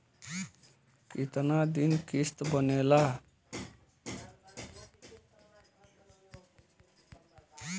कितना दिन किस्त बनेला?